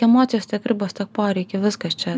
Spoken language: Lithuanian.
emocijos tiek ribos tiek poreikiai viskas čia